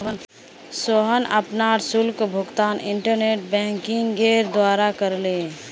सोहन अपनार शुल्क भुगतान इंटरनेट बैंकिंगेर द्वारा करले